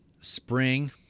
Spring